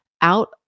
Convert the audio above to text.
out